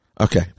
Okay